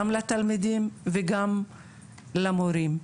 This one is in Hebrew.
גם לתלמידים וגם למורים.